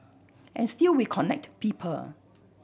and still we connect people